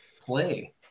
play